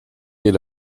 est